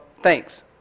thanks